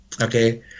okay